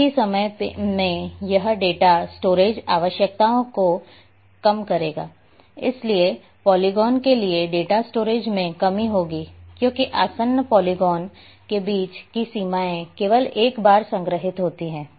एक ही समय में यह डेटा स्टोरेज आवश्यकताओं को कम करेगा इसलिए पॉलीगोन के लिए डेटा स्टोरेज में कमी होगी क्योंकि आसन्न पॉलीगोन के बीच की सीमाएं केवल एक बार संग्रहीत होती हैं